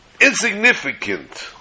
insignificant